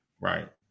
Right